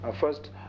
first